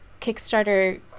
kickstarter